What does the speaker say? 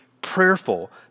prayerful